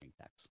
tax